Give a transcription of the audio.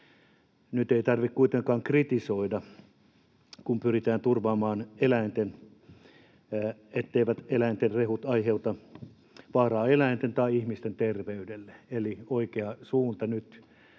Nyt ei tarvitse kuitenkaan kritisoida, kun pyritään turvaamaan, etteivät eläinten rehut aiheuta vaaraa eläinten tai ihmisten terveydelle. Eli oikea suunta, nyt